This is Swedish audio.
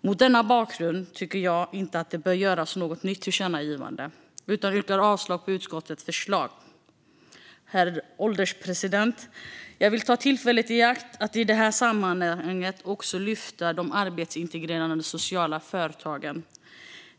Mot denna bakgrund tycker jag inte att det bör göras något nytt tillkännagivande, utan jag yrkar avslag på utskottets förslag. Herr ålderspresident! Jag vill ta tillfället i akt att i detta sammanhang också ta upp de arbetsintegrerande sociala företagen.